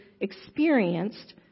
experienced